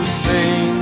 sing